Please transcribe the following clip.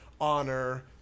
honor